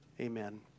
Amen